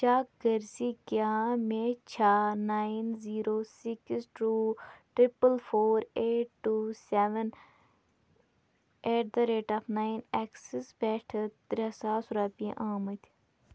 check کٔرۍزِ کیٛاہ مےٚ چھا nine zero six two triple four eight two seven eight the rate of nine اٮ۪کسِس پٮ۪ٹھٕ ترٛےٚ ساس رۄپیہِ آمٕتۍ